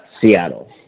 Seattle